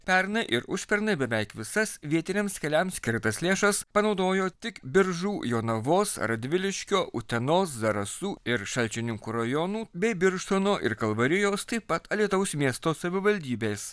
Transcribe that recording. pernai ir užpernai beveik visas vietiniams keliams skirtas lėšas panaudojo tik biržų jonavos radviliškio utenos zarasų ir šalčininkų rajonų bei birštono ir kalvarijos taip pat alytaus miesto savivaldybės